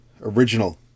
original